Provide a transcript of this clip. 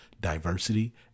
diversity